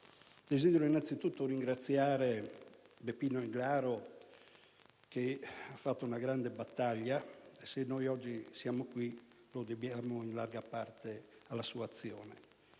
Desidero innanzitutto ringraziare Beppino Englaro, che ha fatto una grande battaglia. Se oggi siamo qui, lo dobbiamo in larga parte alla sua azione.